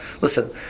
listen